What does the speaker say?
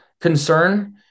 concern